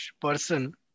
person